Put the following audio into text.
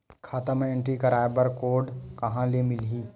खाता म एंट्री कराय बर बार कोड कहां ले मिलही?